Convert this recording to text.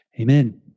amen